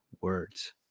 words